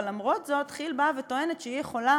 אבל למרות זאת כי"ל באה וטוענת שהיא יכולה